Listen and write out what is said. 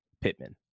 Pittman